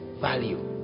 value